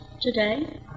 today